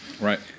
Right